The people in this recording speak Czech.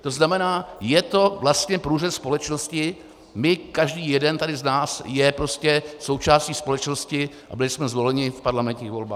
To znamená, je to vlastně průřez společnosti, my, každý jeden z nás je součástí společnosti a byli jsme zvoleni v parlamentních volbách.